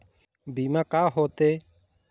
बीमा का होते?